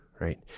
right